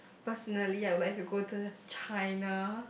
personally I would like to go to China